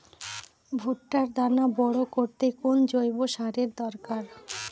ভুট্টার দানা বড় করতে কোন জৈব সারের দরকার?